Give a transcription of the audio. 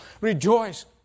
rejoice